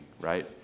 right